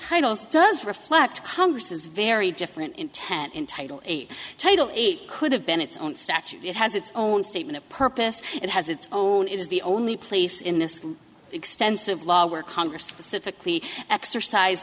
titles does reflect congress's very different intent in title eight title eight could have been its own statute it has its own statement of purpose it has its own is the only place in this extensive law where congress specifically exercise